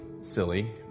Silly